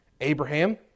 Abraham